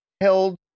held